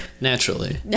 naturally